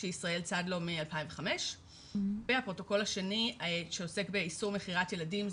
שישראל צד לו מ-2005 והפרוטוקול השני שאוסר באיסור מכירת ילדים,